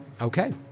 Okay